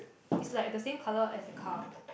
it's like the same colour as the car